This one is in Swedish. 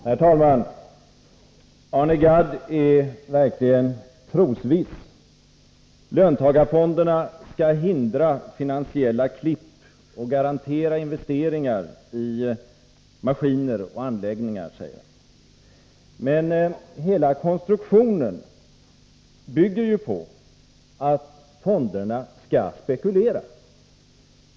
Herr talman! Arne Gadd är verkligen trosviss. Löntagarfonderna skall hindra finansiella klipp och garantera investeringar i maskiner och anläggningar, säger han. Men hela konstruktionen bygger ju på att fonderna skall spekulera.